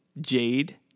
Jade